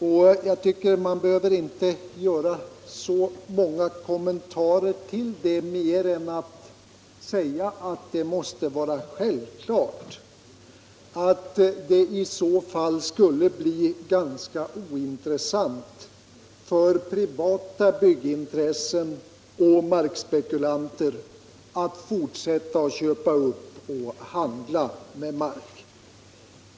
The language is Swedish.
Ja, till det behöver man väl inte göra någon annan kommentar än att det måste vara självklart att det i så fall skulle bli ganska ointressant för privata byggintressen och markspekulanter att fortsätta att köpa upp och handia med mark.